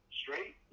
straight